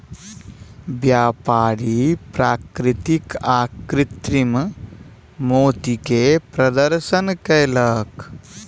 व्यापारी प्राकृतिक आ कृतिम मोती के प्रदर्शन कयलक